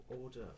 order